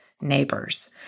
neighbors